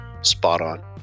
spot-on